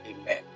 Amen